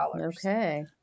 Okay